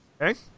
Okay